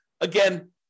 Again